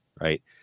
Right